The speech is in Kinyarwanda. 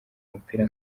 umupira